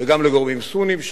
וגם לגורמים סוניים שם,